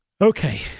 Okay